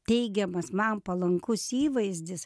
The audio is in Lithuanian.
teigiamas man palankus įvaizdis